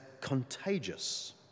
contagious